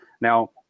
Now